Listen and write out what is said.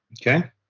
okay